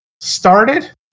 started